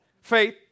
Faith